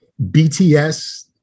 BTS